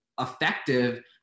effective